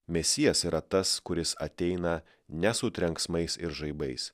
mesijas yra tas kuris ateina ne su trenksmais ir žaibais